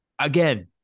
Again